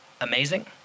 Amazing